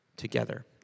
together